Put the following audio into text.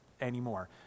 anymore